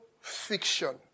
fiction